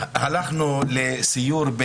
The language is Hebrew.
הלכנו לסיור,